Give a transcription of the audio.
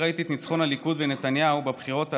ראיתי את ניצחון הליכוד ונתניהו בבחירות הללו,